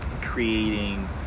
creating